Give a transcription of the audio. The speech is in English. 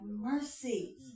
mercy